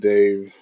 Dave